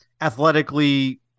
athletically